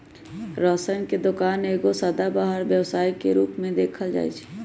ration के दोकान एगो सदाबहार व्यवसाय के रूप में देखल जाइ छइ